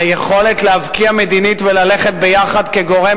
היכולת להבקיע מדינית וללכת יחד כגורם